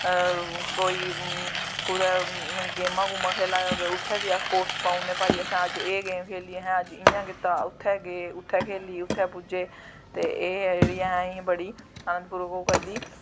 कोई कुदै गेमां गूमां खेला दे होगे उत्थें बी अस पोस्ट पाई ओड़ने भाई असें अज्ज एह् गेम खेल्ली असें अज्ज इयां कीता उत्थैं गे उत्थैं खेली उत्थैं पुज्जे ते एह् जेह्ड़ियां असें इयां बड़ी अनंद पूरन करदी